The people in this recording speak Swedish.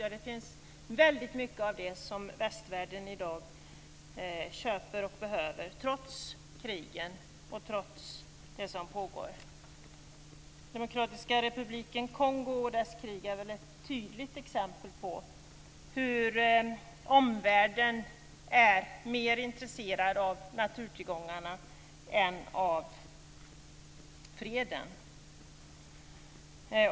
Där finns väldigt mycket av det som västvärlden behöver och köper i dag trots krigen och trots det som pågår. Demokratiska Republiken Kongo och kriget där är väl ett tydligt exempel på hur omvärlden är mer intresserad av naturtillgångarna än av freden.